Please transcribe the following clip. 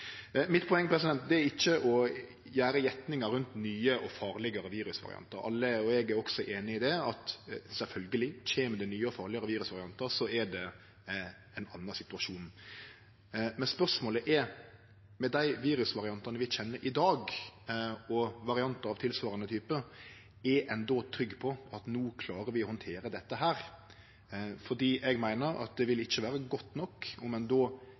Mitt poeng er ikkje å gjere gjettingar rundt nye og farlegare virusvariantar. Alle, også eg, er einige om at det sjølvsagt er ein annan situasjon om det kjem nye og farlegare virusvariantar. Spørsmålet er: Med dei virusvariantane vi kjenner i dag, og variantar av tilsvarande type, er ein då trygg på at vi no klarer å handtere dette? Eg meiner at det ikkje vil vere godt nok om ein